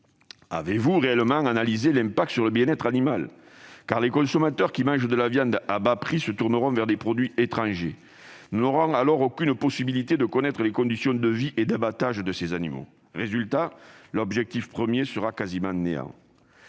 Avez-vous réellement analysé l'impact sur le bien-être animal ? En effet, les consommateurs qui mangent de la viande à bas prix se tourneront vers des produits étrangers. Nous n'aurons alors aucune possibilité de connaître les conditions de vie et d'abattage des animaux, ce qui réduira quasiment à néant